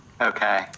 Okay